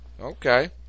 Okay